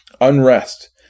unrest